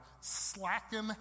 slacking